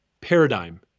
paradigm